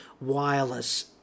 wireless